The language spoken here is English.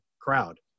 crowd